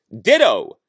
Ditto